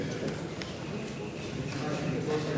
אדוני היושב-ראש,